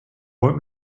what